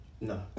No